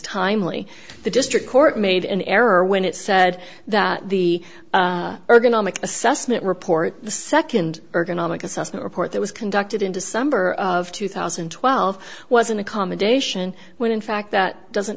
timely the district court made an error when it said that the ergonomic assessment report the second ergonomic assessment report that was conducted in december of two thousand and twelve was an accommodation when in fact that doesn't